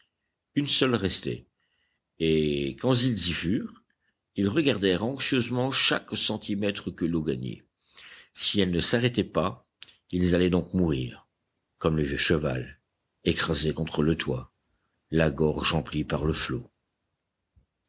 une seule restait et quand ils y furent ils regardèrent anxieusement chaque centimètre que l'eau gagnait si elle ne s'arrêtait pas ils allaient donc mourir comme le vieux cheval écrasés contre le toit la gorge emplie par le flot